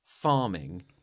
farming